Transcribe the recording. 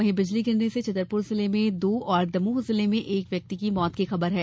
वहीं बिजली गिरने से छतरपुर जिले में दो और दमोह जिले में एक व्यक्ति की मौत की खबर है